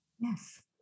yes